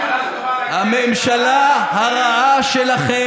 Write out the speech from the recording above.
אני לא זקוק לעזרה שלך.